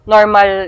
Normal